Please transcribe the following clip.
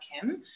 Kim